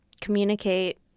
communicate